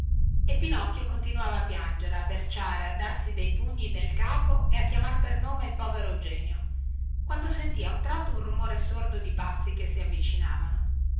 e pinocchio continuava a piangere e berciare a darsi pugni nel capo e a chiamar per nome il povero eugenio quando sentì a un tratto un rumore sordo di passi che si avvicinavano